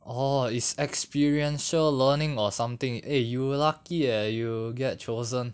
orh is experiential learning or something eh you lucky eh you get chosen